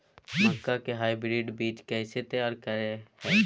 मक्का के हाइब्रिड बीज कैसे तैयार करय हैय?